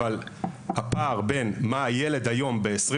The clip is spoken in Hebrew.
כמו בעיית